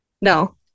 No